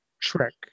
trick